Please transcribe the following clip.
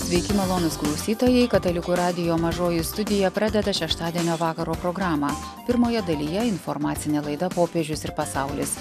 sveiki malonūs klausytojai katalikų radijo mažoji studija pradeda šeštadienio vakaro programą pirmoje dalyje informacinė laida popiežius ir pasaulis